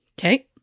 Okay